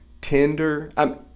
tender